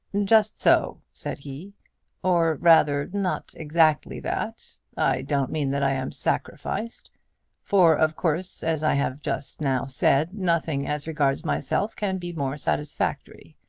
just so, said he or, rather, not exactly that. i don't mean that i am sacrificed for, of course, as i have just now said, nothing as regards myself can be more satisfactory.